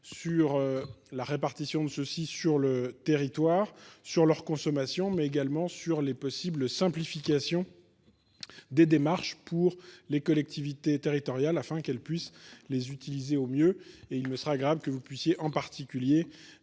sur. La répartition de ceux-ci sur le territoire, sur leur consommation mais également sur les possibles simplifications. Des démarches pour les collectivités territoriales afin qu'elles puissent les utiliser au mieux et il me serait agréable que vous puissiez en particulier.